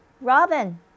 Robin